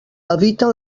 eviten